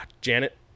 Janet